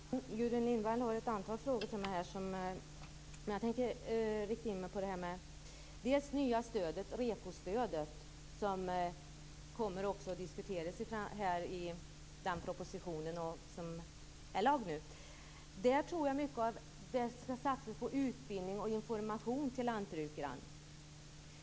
Herr talman! Gudrun Lindvall ställer ett antal frågor till mig. Jag tänker rikta in mig på det nya stödet - rekostödet - som kommer att diskuteras i propositionen. Jag tror att det skall satsas mycket på utbildning, information och rådgivning till lantbrukarna.